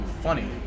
funny